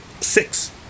six